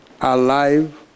alive